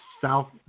South